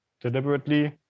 deliberately